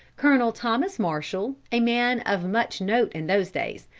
colonel thomas marshall, a man of much note in those days,